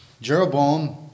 Jeroboam